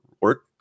work